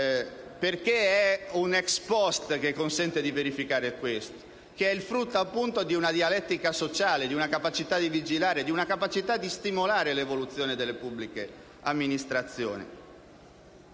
valutazione *ex post* che consente di verificarlo, che è il frutto di una dialettica sociale, di una capacità di vigilare, di una capacità di stimolare l'evoluzione delle pubbliche amministrazioni.